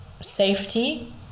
safety